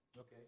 Okay